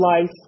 life